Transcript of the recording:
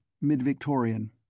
mid-Victorian